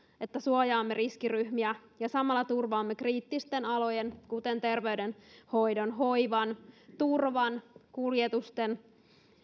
että suojaamme riskiryhmiä ja samalla turvaamme kriittisten alojen kuten terveydenhoidon hoivan turvan kuljetusten